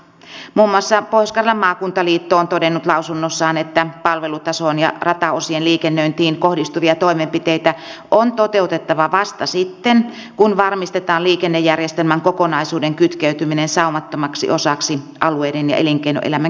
muun muassa pohjois karjalan maakuntaliitto on todennut lausunnossaan että palvelutasoon ja rataosien liikennöintiin kohdistuvia toimenpiteitä on toteutettava vasta sitten kun varmistetaan liikennejärjestelmän kokonaisuuden kytkeytyminen saumattomaksi osaksi alueiden ja elinkeinoelämän kehittymistä